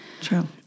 True